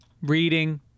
reading